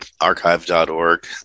archive.org